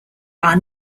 are